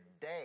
day